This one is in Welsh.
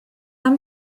ein